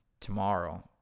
tomorrow